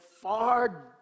far